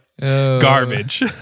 garbage